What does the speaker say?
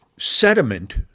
Sediment